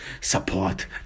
support